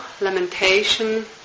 lamentation